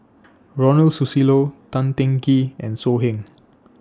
Ronald Susilo Tan Teng Kee and So Heng